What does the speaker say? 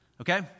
okay